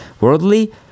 worldly